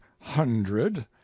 hundred